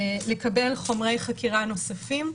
לקבל חומרי חקירה נוספים.